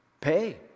pay